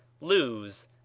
Lose